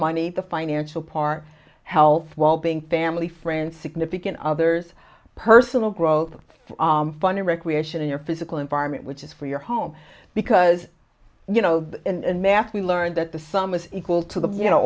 money the financial part of health well being family friends significant others personal growth fund a recreation in your physical environment which is for your home because you know and math we learned that the sum is equal to the you know